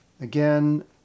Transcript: Again